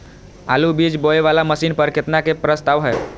आलु बीज बोये वाला मशीन पर केतना के प्रस्ताव हय?